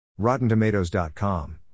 RottenTomatoes.com